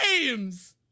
games